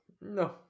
No